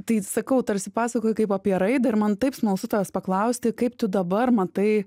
tai sakau tarsi pasakoji kaip apie raidą ir man taip smalsu tavęs paklausti kaip tu dabar matai